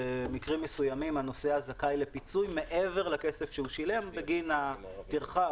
במקרים מסוימים הנוסע זכאי לפיצוי מעבר לכסף ששילם בגין הטרחה,